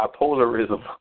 bipolarism